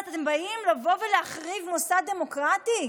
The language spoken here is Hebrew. אתם באים לבוא ולהחריב מוסד דמוקרטי?